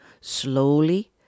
Slowly